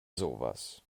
sowas